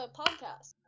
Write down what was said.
podcast